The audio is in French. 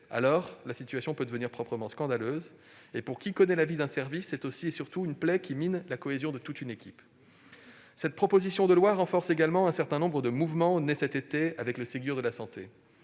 la situation peut devenir proprement scandaleuse. Pour qui connaît la vie d'un service, c'est aussi et surtout une plaie qui mine la cohésion de toute une équipe. Par ailleurs, ce texte renforce un certain nombre de mouvements nés l'été dernier, avec le Ségur de la santé.